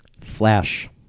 Flash